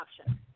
option